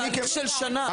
אבל זה תהליך של שנה.